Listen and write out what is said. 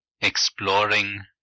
Exploring